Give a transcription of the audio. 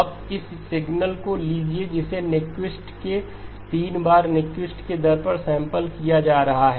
अब इस सिग्नल को लीजिए जिसे न्यूक्विस्ट के 3 बार न्यूक्विस्ट के दर पर सैंपल लिया जा रहा है